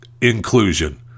inclusion